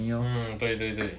mm 对对对